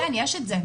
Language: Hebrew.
כן, יש את זה.